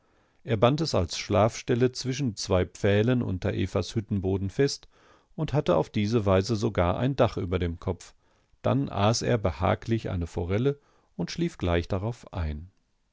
er band es als schlafstelle zwischen zwei pfählen unter evas hüttenboden fest und hatte auf diese weise sogar ein dach über dem kopf dann aß er behaglich eine forelle und schlief gleich darauf ein